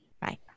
Bye